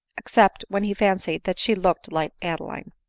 except when he fancied that she looked like adeline.